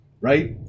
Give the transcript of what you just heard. right